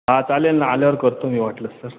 हां चालेल ना आल्यावर करतो मी वाटलंच तर